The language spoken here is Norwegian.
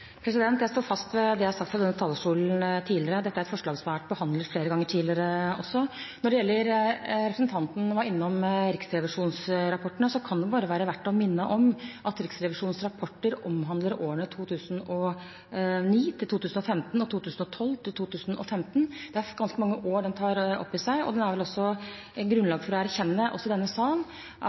Jeg står fast ved det jeg har sagt fra denne talerstolen tidligere. Dette er et forslag som har vært behandlet flere ganger tidligere også. Representanten Lundteigen var innom rapportene fra Riksrevisjonen. Da kan det være verdt å minne om at Riksrevisjonens rapporter omhandler årene 2009–2015 og 2012–2015. Det er ganske mange år de tar opp i seg, og det er vel grunnlag for å erkjenne, også i denne salen, at